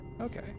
Okay